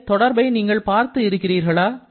இந்த தொடர்பை நீங்கள் பார்த்து இருக்கிறீர்களா